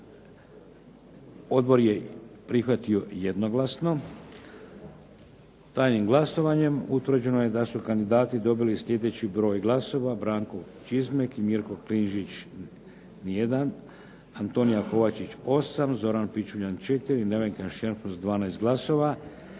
odbor je prihvatio jednoglasno. Tajnim glasovanjem utvrđeno je da su kandidati dobili sljedeći broj glasova